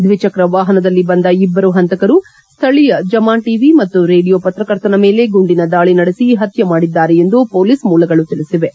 ದ್ವಿಚಕ್ರ ವಾಪನದಲ್ಲಿ ಬಂದ ಇಬ್ಬರು ಪಂತಕರು ಸ್ಥಳೀಯ ಜಮಾನ್ ಟಿವಿ ಮತ್ತು ರೇಡಿಯೋ ಪ್ರಕರ್ತನ ಮೇಲೆ ಗುಂಡಿನ ದಾಳಿ ನಡೆಸಿ ಪತ್ಯ ಮಾಡಿದ್ದಾರೆ ಎಂದು ಪೊಲೀಸ್ ಮೂಲಗಳು ತಿಳಿಸಿವೆ